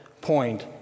point